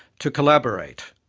to collaborate,